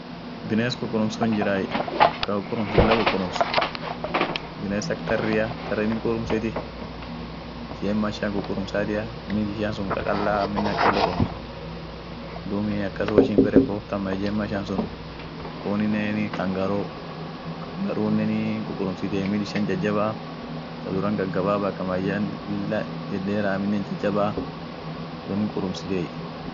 Biness kukurums sun hinjiray ka kukurums lilla kukurums biness ak tarria tarrin hinkurumsiti, ijemma ishian kukurumsatia, miil ishian sun qaqalla aminen ak cholle kurums, duumi akas woishin bare fooft ama ijemma ishian sunum, kuninenii kangaruu, kangaruunenii hinkukurumsitiey, miil ishian jajaba, ka duran gagababa, ka mayyean lilla dedderaa aminen jajabaaduum hin kurumsitiey.